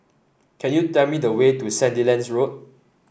can you tell me the way to Sandilands Road